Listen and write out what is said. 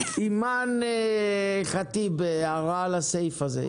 אימאן ח'טיב, הערה על הסעיף הזה.